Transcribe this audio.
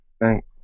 thank